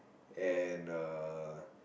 and uh